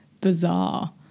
bizarre